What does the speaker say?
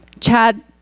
Chad